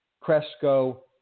Cresco